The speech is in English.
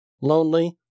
lonely